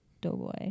doughboy